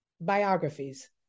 biographies